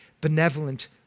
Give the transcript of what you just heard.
benevolent